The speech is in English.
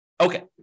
Okay